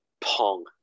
Pong